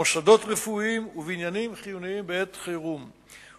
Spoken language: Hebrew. מוסדות רפואיים ובניינים חיוניים בעת חירום.